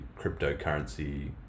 cryptocurrency